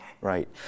Right